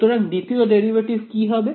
সুতরাং দ্বিতীয় ডেরিভেটিভ কি হবে